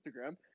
instagram